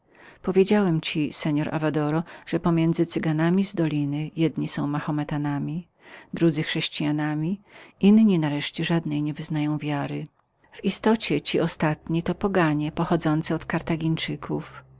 powiedziałem ci seor avadoro że pomiędzy cyganami z doliny jedni są mahometanami drudzy chrześcijanami inni nareszcie żadnej nie wyznają wiary w istocie ci ostatni są to poganie pochodzący od kartagińczyków za